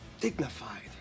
dignified